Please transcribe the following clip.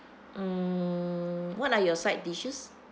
um what are your side dishes